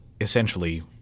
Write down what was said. essentially